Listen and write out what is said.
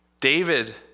David